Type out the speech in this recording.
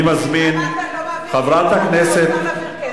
הוא יושב-ראש ועדת הכספים, רוצה להעביר כסף.